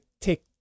take